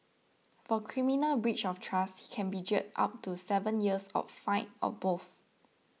for criminal breach of trust he can be jailed up to seven years or fined or both